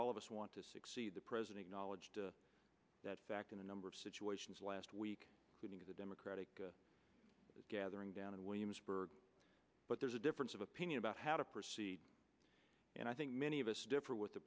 all of us want to succeed the president knowledge that fact in a number of situations last week the democratic gathering down in williamsburg but there's a difference of opinion about how to proceed and i think many of us differ with the